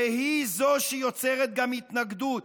והיא זו שיוצרת גם התנגדות.